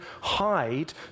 hide